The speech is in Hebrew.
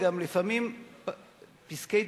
פסקי-דין,